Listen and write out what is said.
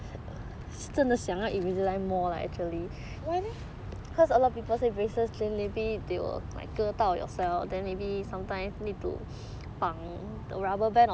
why leh